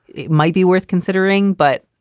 it might be worth considering, but.